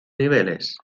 niveles